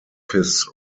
his